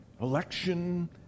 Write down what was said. Election